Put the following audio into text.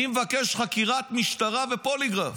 אני מבקש חקירת משטרה בפוליגרף.